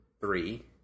three